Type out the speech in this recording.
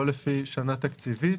לא לפי שנה תקציבית.